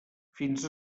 fins